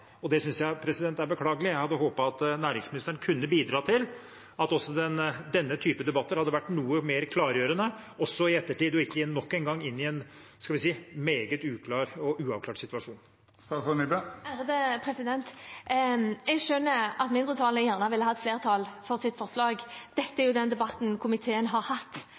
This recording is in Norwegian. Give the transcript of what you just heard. Det synes jeg er beklagelig. Jeg hadde håpet at næringsministeren kunne bidratt til at denne typen debatter hadde vært noe mer klargjørende også i ettertid, og at en ikke nok en gang kom inn i en meget uklar og uavklart situasjon. Jeg skjønner at mindretallet gjerne skulle hatt flertall for sitt forslag. Det er jo den debatten komiteen har hatt,